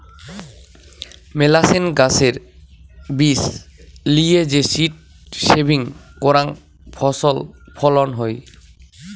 মেলাছেন গাছের বীজ লিয়ে যে সীড সেভিং করাং ফছল ফলন হই